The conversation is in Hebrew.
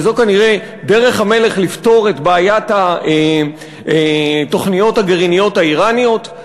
וזו כנראה דרך המלך לפתור את בעיית התוכניות הגרעיניות האיראניות.